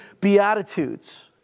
Beatitudes